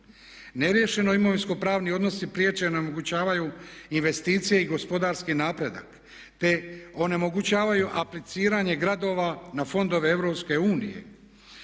Neriješeni imovinsko-pravni odnosi priječe i onemogućavaju investicije i gospodarski napredak te onemogućavaju apliciranje gradova na fondove EU